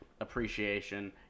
appreciation